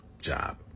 job